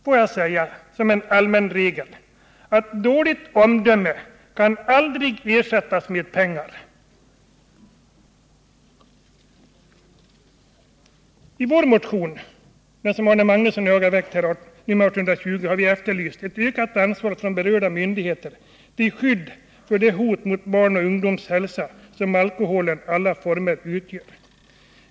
Får jag då ge en allmän regel: Dåligt omdöme kan aldrig ersättas med pengar. I Arne Magnussons och min motion nr 1820 har vi efterlyst ett ökat ansvar från de berörda myndigheterna till skydd mot det hot mot barns och ungdomars hälsa som alkohol i alla former utgör.